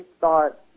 thought